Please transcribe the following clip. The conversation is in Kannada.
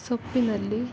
ಸೊಪ್ಪಿನಲ್ಲಿ